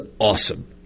awesome